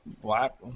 black